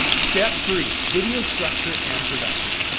step three video structure and production.